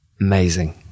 Amazing